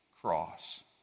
cross